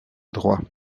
droit